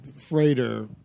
freighter